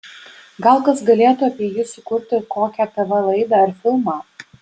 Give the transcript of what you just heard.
gal kas galėtų apie jį sukurti kokią tv laidą ar filmą